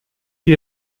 die